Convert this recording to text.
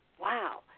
wow